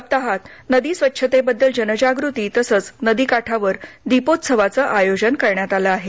सप्ताहात नदी स्वच्छते बद्दल जनजागृती तसंच नदीकाठावर दीपोत्सवाचं आयोजन करण्यात आलं आहे